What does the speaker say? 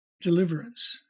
deliverance